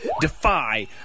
Defy